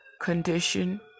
condition